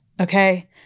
okay